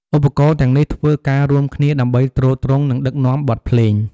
ឧបករណ៍ទាំងនេះធ្វើការរួមគ្នាដើម្បីទ្រទ្រង់ និងដឹកនាំបទភ្លេង។